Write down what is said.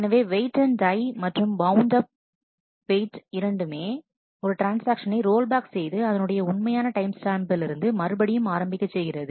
எனவே wait and die மற்றும் wound and வெயிட்இரண்டுமே ஒரு ட்ரான்ஸ்ஆக்ஷனை ரோல் பேக் செய்து அதனுடைய உண்மையான டைம் ஸ்டாம்பிலிருந்து மறுபடியும் ஆரம்பிக்க செய்கிறது